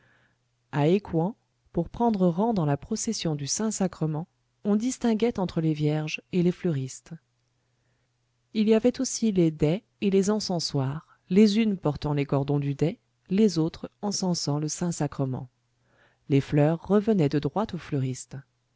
pour prendre rang dans la procession du saint-sacrement on distinguait entre les vierges et les fleuristes il y avait aussi les dais et les encensoirs les unes portant les cordons du dais les autres encensant le saint-sacrement les fleurs revenaient de droit aux fleuristes